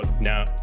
now